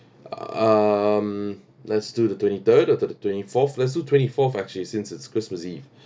um let's do the twenty third or do the twenty fourth let's do twenty fourth actually since it's christmas eve